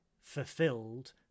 fulfilled